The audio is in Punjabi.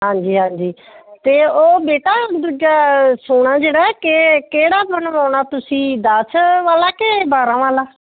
ਹਾਂਜੀ ਹਾਂਜੀ ਅਤੇ ਉਹ ਬੇਟਾ ਦੂਜਾ ਸੋਨਾ ਜਿਹੜਾ ਕਿ ਕਿਹੜਾ ਬਣਵਾਉਣਾ ਤੁਸੀਂ ਦਸ ਵਾਲਾ ਕਿ ਬਾਰਾਂ ਵਾਲਾ